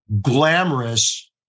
glamorous